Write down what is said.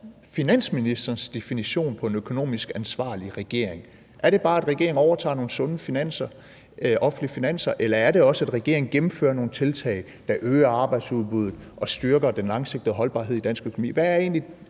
finansministerens definition på en økonomisk ansvarlig regering? Er det bare, at regeringen overtager nogle sunde offentlige finanser, eller er det også, at regeringen gennemfører nogle tiltag, der øger arbejdsudbuddet og styrker den langsigtede holdbarhed i dansk økonomi?